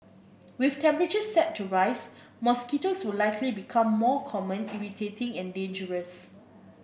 with temperatures set to rise mosquitoes will likely become more common irritating and dangerous